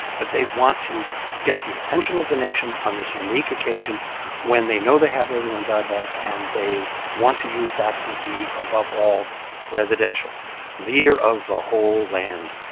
but they want to get the attention of the nation on this unique occasion when they know they have everyone's eyeballs. and they want to use that to be, above all, presidential leader of the whole land,